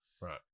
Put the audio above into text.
right